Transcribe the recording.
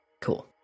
Cool